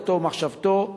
דתו ומחשבתו,